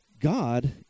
God